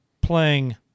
playing